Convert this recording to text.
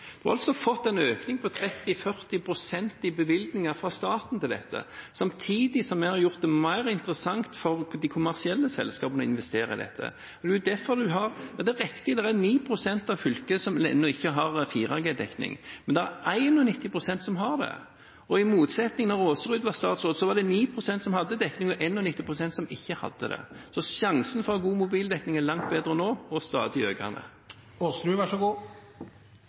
en økning på 30–40 pst. i bevilgninger fra staten til dette, samtidig som vi har gjort det mer interessant for de kommersielle selskapene å investere i dette. Det er riktig at det er 9 pst. av fylket som ennå ikke har 4G-dekning, men det er 91 pst. som har det – i motsetning til da Aasrud var statsråd, da det var 9 pst. som hadde dekning, og 91 pst. som ikke hadde det, så sjansen for en god mobildekning er langt bedre nå, og stadig økende.